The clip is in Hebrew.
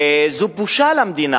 וזו בושה למדינה